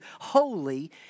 holy